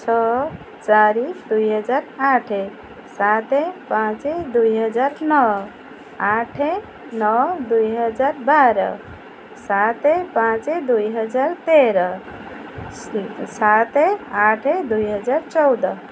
ଛଅ ଚାରି ଦୁଇହଜାର ଆଠ ସାତ ପାଞ୍ଚ ଦୁଇହଜାର ନଅ ଆଠ ନଅ ଦୁଇହଜାର ବାର ସାତ ପାଞ୍ଚ ଦୁଇହଜାର ତେର ସାତ ଆଠ ଦୁଇହଜାର ଚଉଦ